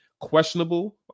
questionable